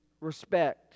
respect